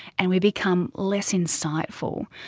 and we become less insightful.